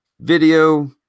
video